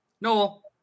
Noel